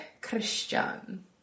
Christian